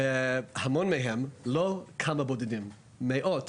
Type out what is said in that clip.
היא שהמון מהם לא כמה בודדים: מאות